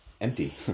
empty